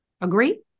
Agree